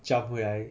叫不回来